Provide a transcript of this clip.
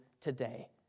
today